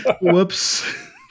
Whoops